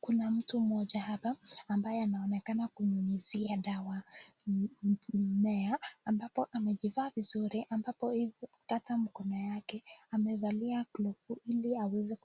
Kuna mtu mmoja hapa ambaye anaonekana kunyunyizia dawa mimea ambapo amejivaa vizuri ambapo hata mkono yake amevalia glavu ili aweze